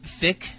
thick